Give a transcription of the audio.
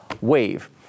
wave